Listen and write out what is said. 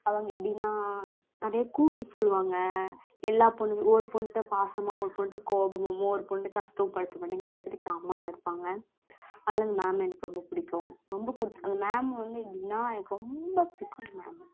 அவங்க எப்படின்னா அப்படியே கூப்பிட்டு சொல்லுவாங்க எல்லா பொண்ணுங்களும் ஒரு பொண்ணுகிட்ட பாசமாகவும் ஒரு பொண்ணுகிட்ட கோபமாகவும் ஒரு பொண்ணுகிட்ட கஷ்டப்படுத்தமாட்டாங்க எல்லார்த்துட்டயும் காமன்னாக இருப்பாங்கள் அதனால அந்த மேம் எனக்கு ரொம்ப பிடிக்கும் ரொம்ப கொடுத்து அந்த மேம் வந்து எப்படின்னா எனக்கு ரொம்ப பிடிக்கும் அந்த மேமை